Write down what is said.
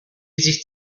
sich